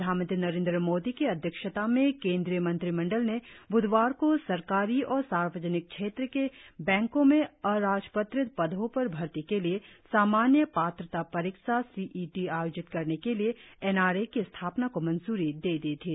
प्रधानमंत्री नरेंद्र मोदी की अध्यक्षता मे केंद्रीय मंत्रिमंडल ने ब्धवार को सरकारी और सार्वजनिक क्षेत्र के बैंको में अराजपत्रित पदो पर भर्ती के लिए सामान्य पात्रता परीक्षा सी ई टी आयोजित करने के लिए एन आर ए की स्थापना को मंज्री दे दी थी